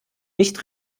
nicht